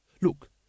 Look